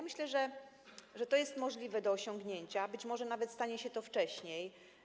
Myślę, że to jest możliwe do osiągnięcia, a być może nawet stanie się to wcześniej.